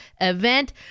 event